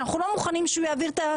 הם לא מוכנים שהוא יעביר את הדבר הזה.